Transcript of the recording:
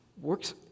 works